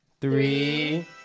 Three